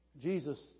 Jesus